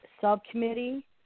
subcommittee